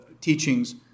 teachings